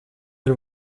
del